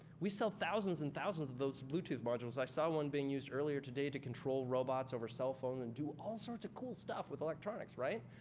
we sell thousands and thousands of those bluetooth modules. i saw one being used earlier today to control robots over cell phone and do all sorts of cool stuff with electronics, right?